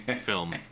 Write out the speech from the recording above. film